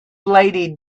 lady